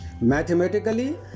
Mathematically